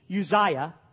Uzziah